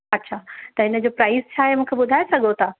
अच्छा त हिनजो प्राइज़ छाहे मूंखे ॿुधाए सघो था